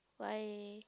why